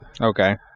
Okay